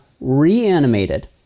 reanimated